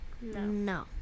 No